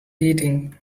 eating